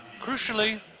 Crucially